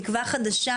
תקווה חדשה,